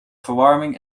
verwarming